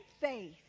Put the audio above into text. faith